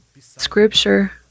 Scripture